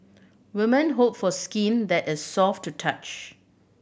women hope for skin that is soft to touch